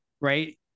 right